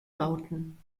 lauten